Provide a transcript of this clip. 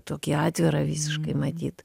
tokį atvirą visiškai matyt